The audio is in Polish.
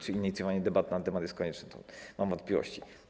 Czy inicjowanie debat na ten temat jest konieczne, mam wątpliwości.